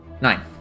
Nine